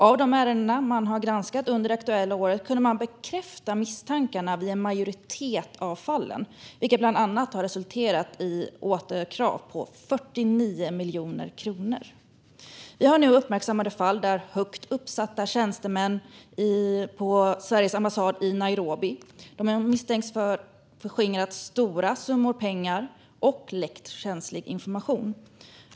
Av de ärenden som man har granskat under det aktuella året kunde man bekräfta misstankarna i en majoritet av fallen, vilket bland annat har resulterat i återkrav på 49 miljoner kronor. Vi har nu uppmärksammade fall där högt uppsatta tjänstemän på Sveriges ambassad i Nairobi misstänks ha förskingrat stora summor pengar och läckt känslig information.